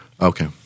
Okay